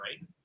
right